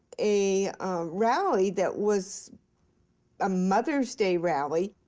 a rally that was a mother's day rally.